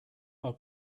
our